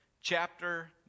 chapter